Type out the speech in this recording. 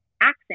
accent